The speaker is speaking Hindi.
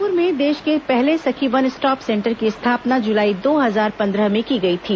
रायपुर में देश के पहले सखी वन स्टॉप सेंटर की स्थापना जुलाई दो हजार पंद्रह में की गई थी